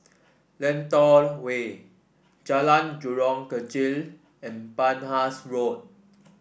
Lentor Way Jalan Jurong Kechil and Penhas Road